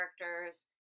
characters